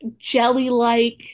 Jelly-like